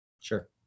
Sure